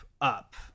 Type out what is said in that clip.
up